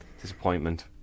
disappointment